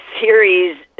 series